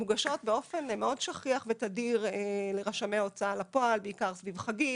מוגשות באופן מאוד שכיח ותדיר לרשמי ההוצאה לפועל בעיקר סביב חגים,